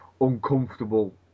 uncomfortable